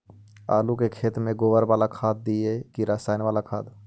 आलू के खेत में गोबर बाला खाद दियै की रसायन बाला खाद?